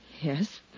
Yes